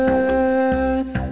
earth